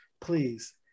Please